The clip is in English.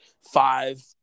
five